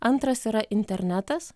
antras yra internetas